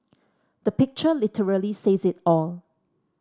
the picture literally says it all